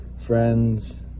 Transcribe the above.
friends